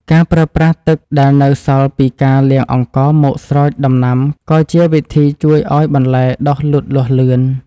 ការប្រើប្រាស់ទឹកដែលនៅសល់ពីការលាងអង្ករមកស្រោចដំណាំក៏ជាវិធីជួយឱ្យបន្លែដុះលូតលាស់លឿន។